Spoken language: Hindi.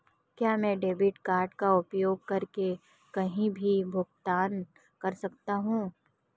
क्या मैं डेबिट कार्ड का उपयोग करके कहीं भी भुगतान कर सकता हूं?